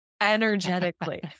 Energetically